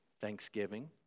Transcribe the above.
thanksgiving